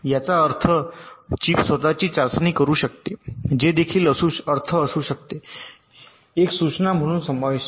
याचा अर्थ चिप स्वत ची चाचणी करू शकते जे देखील अर्थ असू शकते एक सूचना म्हणून समाविष्ट